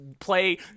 play